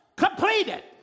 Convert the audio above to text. Completed